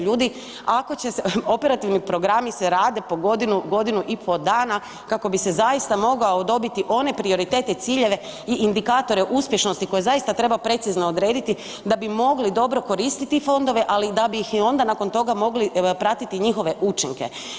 Ljudi, operativni programi se rade po godinu, godinu i pol dana kako bi se zaista mogao dobiti one prioritete ciljeve i indikatore uspješnosti koje zaista treba precizno odrediti da bi mogli koristiti fondove, ali da bi ih i onda nakon toga mogli pratiti njihove učinke.